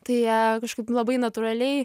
tai jie kažkaip labai natūraliai